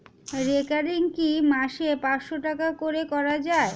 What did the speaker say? Recurring কি মাসে পাঁচশ টাকা করে করা যায়?